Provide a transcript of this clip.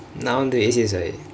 நா வந்து:naa vanthu A_C_S_I